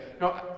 no